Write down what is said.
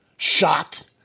shot